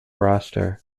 roster